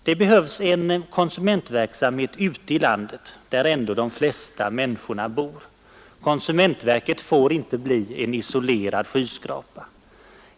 Det behövs en konsumentverksamhet ute i landet, därför att det är där som ändå de flesta människorna bor. Konsumentverket får inte bli en isolerad skyskrapa.